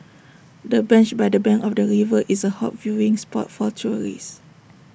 the bench by the bank of the river is A hot viewing spot for tourists